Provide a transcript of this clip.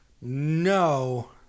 No